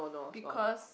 because